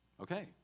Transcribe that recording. Okay